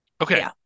Okay